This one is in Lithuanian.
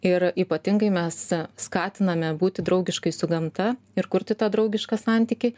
ir ypatingai mes skatiname būti draugiškais su gamta ir kurti tą draugišką santykį